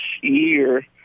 year